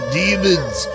demons